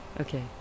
Okay